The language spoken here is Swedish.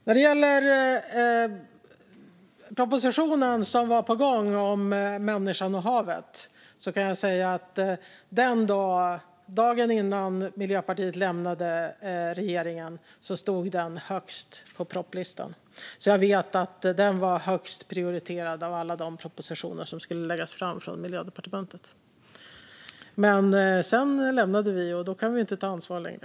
När det gäller propositionen Människan och havet som var på gång kan jag säga att dagen innan Miljöpartiet lämnade regeringen var den högst på propositionslistan. Jag vet att den var högst prioriterad av alla de propositioner som skulle läggas fram från Miljödepartementet. Men sedan lämnade vi regeringen, och då kan vi inte ta ansvar längre.